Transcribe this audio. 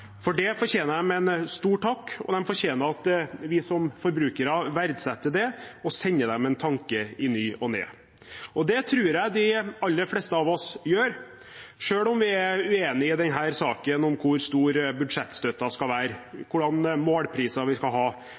For det fortjener de en stor takk. De fortjener at vi som forbrukere verdsetter det og sender dem en tanke i ny og ne. Det tror jeg de aller fleste av oss gjør. Selv om vi er uenige i denne saken om hvor stor budsjettstøtten skal være, hvilke målpriser vi skal ha,